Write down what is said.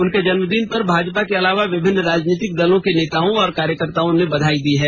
उनके जन्मदिन पर भी भाजपा के अलावा विभिन्न राजनीतिक दलों के नेताओं और कार्यकर्त्ताओं ने बधाई दी है